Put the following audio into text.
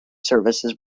services